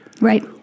Right